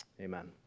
Amen